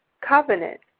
covenant